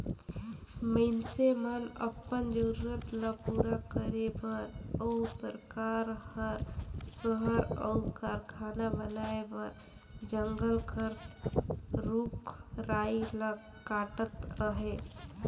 मइनसे मन अपन जरूरत ल पूरा करे बर अउ सरकार हर सहर अउ कारखाना बनाए बर जंगल कर रूख राई ल काटत अहे